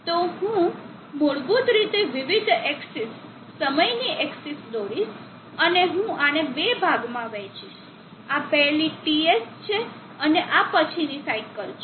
તો હું મૂળભૂત રીતે વિવિધ એક્સીસ સમયની એક્સીસ દોરીશ અને હું આને બે ભાગમાં વહેંચીશ આ પહેલી સાઇકલ TS છે અને આ પછીની સાઇકલ છે